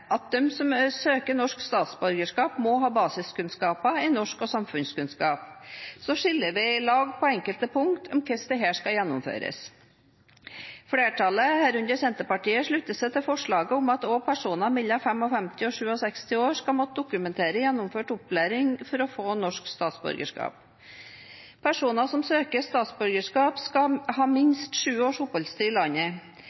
at de som søker norsk statsborgerskap, må ha basiskunnskaper i norsk og samfunnskunnskap. Så skiller vi lag på enkelte punkter om hvordan dette skal gjennomføres. Flertallet, herunder Senterpartiet, slutter seg til forslaget om at også personer mellom 55 og 67 år skal måtte dokumentere gjennomført opplæring for å få norsk statsborgerskap. Personer som søker statsborgerskap, skal ha minst sju års oppholdstid i landet.